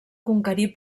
conquerir